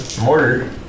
Mortar